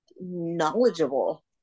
knowledgeable